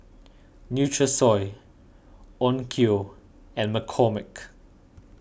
Nutrisoy Onkyo and McCormick